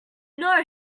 know